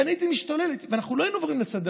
הרי אני הייתי משתולל ואנחנו לא היינו עוברים לסדר-היום.